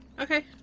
Okay